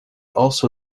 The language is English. also